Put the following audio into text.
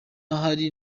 hari